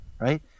Right